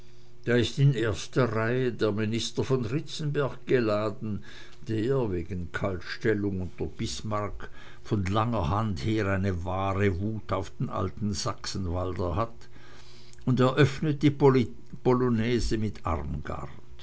da ist in erster reihe der minister von ritzenberg geladen der wegen kaltstellung unter bismarck von langer hand her eine wahre wut auf den alten sachsenwalder hat und eröffnet die polonäse mit armgard